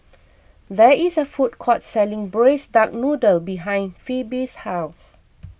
there is a food court selling Braised Duck Noodle behind Phebe's house